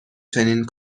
چنین